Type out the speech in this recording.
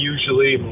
Usually